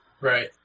Right